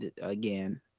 again